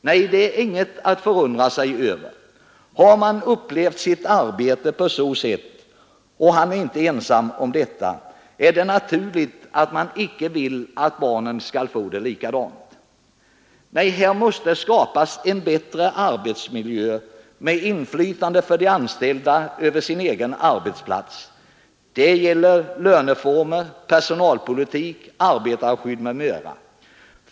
Nej, det är ingenting att förundra sig över. Har man upplevt sitt arbete på detta sätt — och han är inte ensam om det — är det naturligt att man icke vill att barnen skall få det likadant. Nej, här måste skapas en bättre arbetsmiljö med inflytande för de anställda över sin egen arbetsplats. Det gäller löneformer, personalpolitik, arbetarskydd m.m.